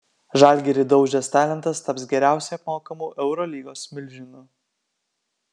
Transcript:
žalgirį daužęs talentas taps geriausiai apmokamu eurolygos milžinu